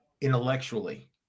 intellectually